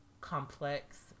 complex